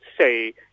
say